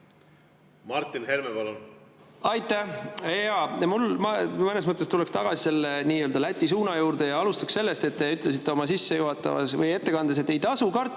Martin Helme, palun! Aitäh! Ma mõnes mõttes tulen tagasi selle nii-öelda Läti suuna juurde ja alustan sellest, et te ütlesite oma sissejuhatuses või ettekandes, et ei tasu karta